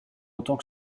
autant